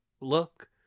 look